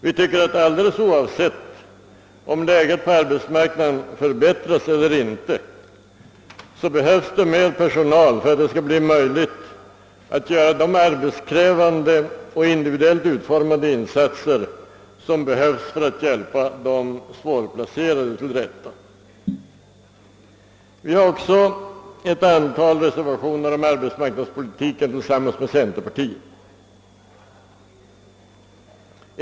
Vi tycker att alldeles oavsett om läget på arbetsmarknaden förbättras eller inte behövs det mer personal för att det skall bli möjligt att göra de arbetskrävande och individuellt utformade insatser som erfordras för att hjälpa de svårplacerade till rätta. Vi har också ett antal reservationer om arbetsmarknadspolitiken = tillsammans med centerpartiet.